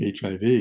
HIV